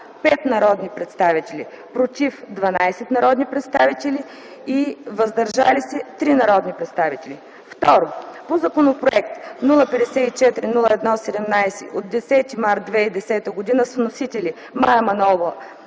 – 5 народни представители; „против” – 12 народни представители и „въздържали се” – 3 народни представители; 2. по Законопроект № 054-01-17 от 10 март 2010 г. с вносители Мая Манолова